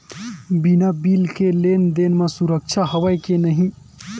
बिना बिल के लेन देन म सुरक्षा हवय के नहीं?